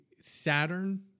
Saturn